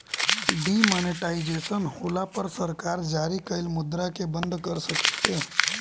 demonetisation होला पर सरकार जारी कइल मुद्रा के बंद कर सकेले